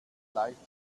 leicht